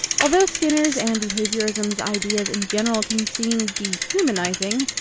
although skinner's and behaviorism's ideas in general can seem dehumanizing,